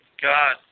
God